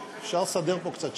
אפשר לסדר פה קצת שקט?